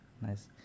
Nice